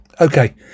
Okay